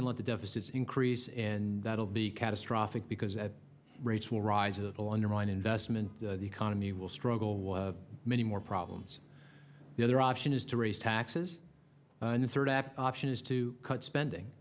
and let the deficits increase and that will be catastrophic because that rates will rise it'll undermine investment the economy will struggle many more problems the other option is to raise taxes and the third option is to cut spending